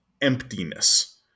emptiness